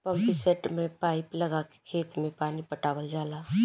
pumpset में pipe लगा के खेत में पानी पटावल जाला